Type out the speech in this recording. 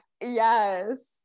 yes